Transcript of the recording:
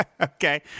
Okay